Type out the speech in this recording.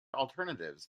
alternatives